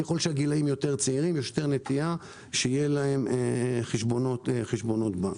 ככל שהגילאים צעירים יותר יש יותר נטייה שיהיו להם חשבונות בנק.